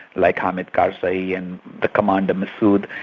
like hamid karzai, yeah and the commander, masoud,